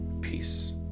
peace